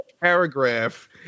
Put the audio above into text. paragraph